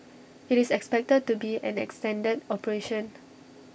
IT is expected to be an extended operation